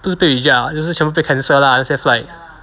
不是被 reject lah 就是全部被 cancel lah 那些 flight